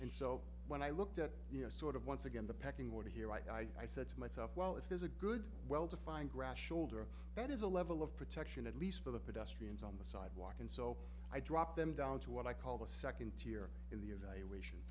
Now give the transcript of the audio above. and so when i looked at you know sort of once again the pecking order here i said to myself well if there's a good well defined grass shoulder that is a level of protection at least for the pedestrians on the sidewalk and so i drop them down to what i call the second tier in the